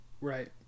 Right